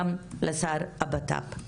גם לשר לביטחון פנים.